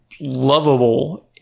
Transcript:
lovable